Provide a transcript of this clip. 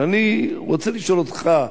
ואני רוצה לשאול אותך,